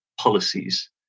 policies